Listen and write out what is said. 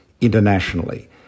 internationally